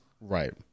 Right